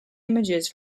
images